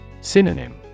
Synonym